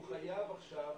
הוא חייב עכשיו